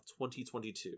2022